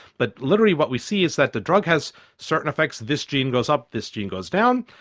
but literally what we see is that the drug has certain effects, this gene goes up, this gene goes down,